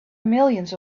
millions